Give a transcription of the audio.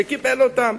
שקיבל אותם,